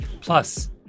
Plus